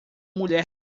mulher